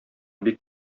бик